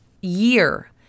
year